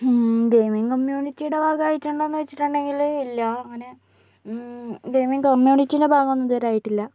gaming കമ്മ്യൂണിറ്റിയുടെ ഭാഗമായിട്ടുണ്ടോ എന്നു ചോദിച്ചിട്ടുണ്ടെങ്കിൽ ഇല്ല അങ്ങനെ ഗെയിമിംഗ് കമ്മ്യൂണിറ്റിയുടെ ഭാഗോന്നും ഇതുവരെ ആയിട്ടില്ല